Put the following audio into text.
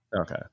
Okay